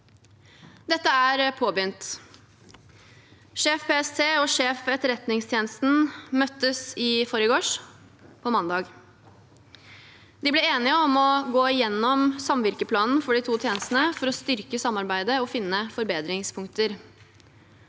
Dette er påbegynt. Sjef PST og sjef Etterretningstjenesten møttes i forgårs – på mandag. De ble enige om å gå gjennom samvirkeplanen for de to tjenestene for å styrke samarbeidet og finne forbedringspunkter.